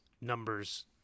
numbers